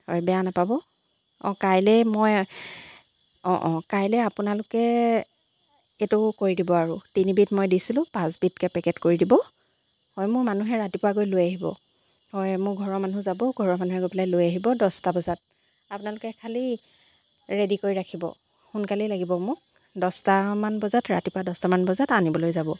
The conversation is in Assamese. হয় বেয়া নাপাব অঁ কাইলৈ মই অঁ অঁ কাইলৈ আপোনালোকে এইটো কৰি দিব আৰু তিনিবিধ মই দিছিলোঁ পাঁচবিধকৈ পেকেট কৰি দিব হয় মোৰ মানুহে ৰাতিপুৱা গৈ লৈ আহিব হয় মোৰ ঘৰৰ মানুহ যাব ঘৰৰ মানুহে গৈ পেলাই লৈ আহিব দহটা বজাত আপোনালোকে খালি ৰেডি কৰি ৰাখিব সোনকালেই লাগিব মোক দহটামান বজাত ৰাতিপুৱা দহটামান বজাত আনিবলৈ যাব